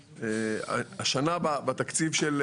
איך תהיה האחזקה ברשויות